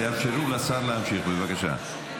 תאפשרו לשר להמשיך, בבקשה.